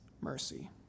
mercy